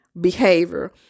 behavior